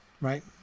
right